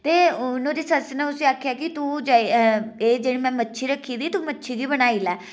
ते नुहाड़ी सस्स ने उसी आखेआ कीऽ तू एह् जेह्ड़ी में मच्छी रखी दी तू मच्छी बनाई लै